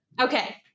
Okay